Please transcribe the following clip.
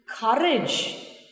courage